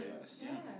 Yes